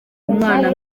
mwana